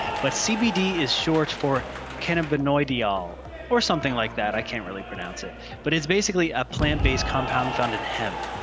but cbd is short for cannabinoid dl or something like that. i can't really pronounce it but it's basically a plant based compound found in hemp.